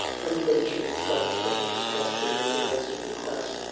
everybody should be trying to think of a question that the rest of the class